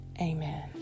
Amen